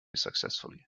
successfully